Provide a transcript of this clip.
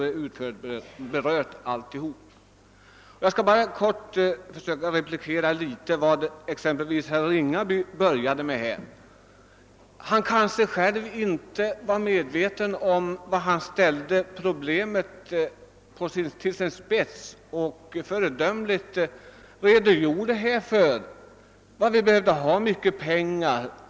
Jag skall börja med en replik till herr Ringaby. Han kanske inte är medveten om att han ställde problemet på sin spets när han redogjorde för vilka ändamål som kräver mycket pengar.